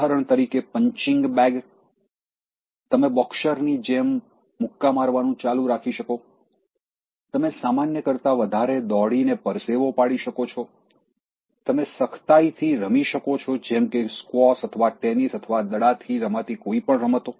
ઉદાહરણ તરીકે punching bag તમે બોક્સરની જેમ મુક્કા મારવાનું ચાલુ રાખી શકો છો તમે સામાન્ય કરતાં વધારે દોડીને પરસેવો પાડી શકો છો તમે સખ્તાઇથી રમી શકો છો જેમ કે સ્ક્વોશ અથવા ટેનિસ અથવા દડાથી રમાતી કોઈપણ રમતો